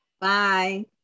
Bye